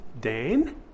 Dan